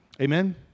Amen